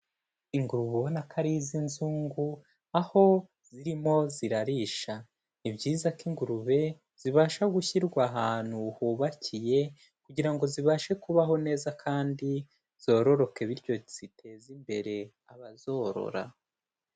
Ingurube ubona ko ari iz'inzungu aho zirimo zirarisha, ni byiza ko ingurube zibasha gushyirwa ahantu hubakiye kugira ngo zibashe kubaho neza kandi zororoke bityo ziteze imbere abazorora.